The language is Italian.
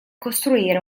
costruire